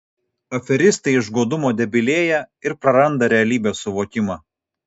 aferistai iš godumo debilėja ir praranda realybės suvokimą